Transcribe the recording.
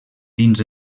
dins